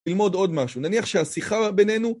ללמוד עוד משהו. נניח שהשיחה בינינו...